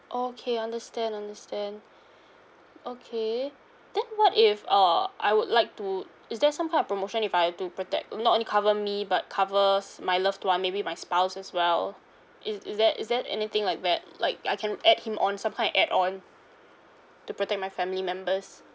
okay understand understand okay then what if uh I would like to is there some kind of promotion if I have to protect not only cover me but covers my loved one maybe my spouse as well is is there is there anything like that like I can add him on some kind of add on to protect my family members